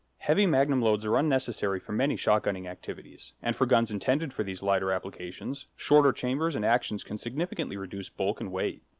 heavy magnum loads are unnecessary for many shotgunning activities, and for guns intended for these lighter applications, shorter chambers and actions can significantly reduce bulk and weight.